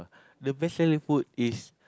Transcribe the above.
the vegetarian food is